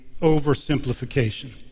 oversimplification